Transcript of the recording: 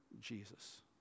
Jesus